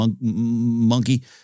monkey